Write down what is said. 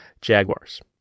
Jaguars